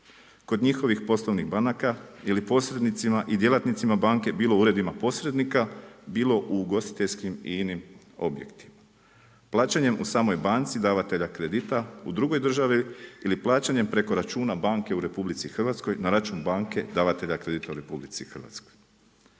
kod njihovih poslovnih banaka ili posrednicima i djelatnicima banke bilo u uredima posrednika, bilo u ugostiteljskim i inim objektima. Plaćanjem u samoj banci, davatelja kredita u drugoj državi ili plaćanjem preko računa banke davatelja kredita u RH. Upravo